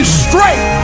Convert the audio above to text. straight